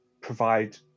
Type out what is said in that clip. provide